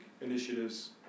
initiatives